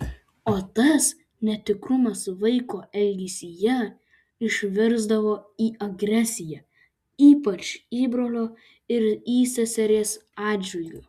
o tas netikrumas vaiko elgesyje išvirsdavo į agresiją ypač įbrolio ir įseserės atžvilgiu